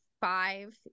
five